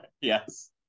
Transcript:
Yes